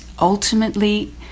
ultimately